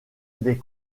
des